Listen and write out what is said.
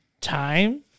time